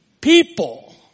people